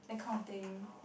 that kind of thing